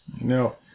No